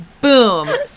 Boom